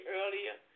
earlier